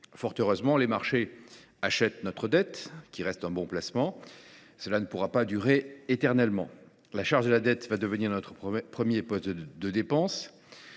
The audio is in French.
Fort heureusement, les marchés achètent notre dette, qui reste un bon placement, mais cela ne pourra pas durer éternellement et la charge de la dette va devenir notre premier poste de dépenses.